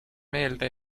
meelde